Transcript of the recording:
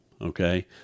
okay